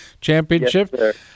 Championship